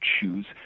choose